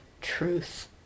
truth